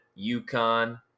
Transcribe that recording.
UConn